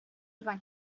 vingt